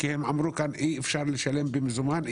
כי הם אמרו כאן אי אפשר לשלם במזומן,